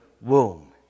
womb